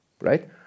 right